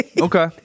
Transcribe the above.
Okay